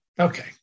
Okay